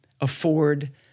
afford